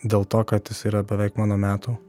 dėl to kad jis yra beveik mano metų